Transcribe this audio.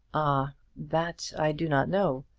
ah that i do not know.